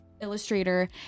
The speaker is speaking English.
illustrator